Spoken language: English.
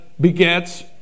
begets